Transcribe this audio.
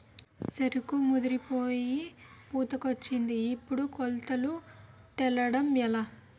సెరుకు ముదిరిపోయి పూతకొచ్చేసింది ఎప్పుడు కొట్టాలో తేలడంలేదు